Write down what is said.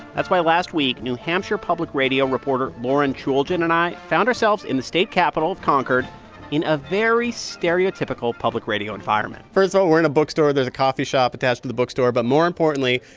that's why, last week, new hampshire public radio reporter lauren chooljian and i found ourselves in the state capital of concord in a very stereotypical public radio environment first of all, we're in a bookstore. there's a coffee shop attached to the bookstore. but more importantly,